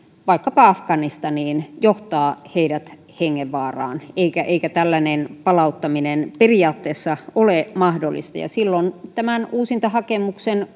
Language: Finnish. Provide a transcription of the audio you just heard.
vaikkapa afganistaniin johtaa heidät hengenvaaraan eikä tällainen palauttaminen periaatteessa ole mahdollista silloin uusintahakemuksen